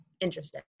interesting